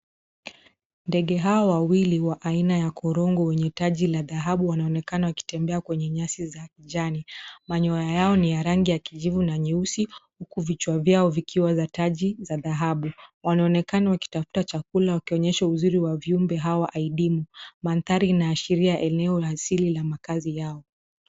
Ndege hawa wawili wa aina ya kurungu wenye taji la dhahabu wanaonekana wakitembea kwenye nyasi za kijani. Manyoya yao ni ya rangi ya kijivu na nyeusi huku vichwa vyao vikiwa za taji za dhahabu. Wanaonekana wakitafuta chakula wakionyesha uzuri wa viumbe hawa adimu. Mandhari inaashiria eneo asili la makaazi yao.